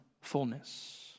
fullness